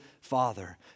Father